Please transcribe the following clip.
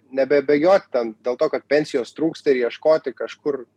nebebėgiot ten dėl to kad pensijos trūksta ir ieškoti kažkur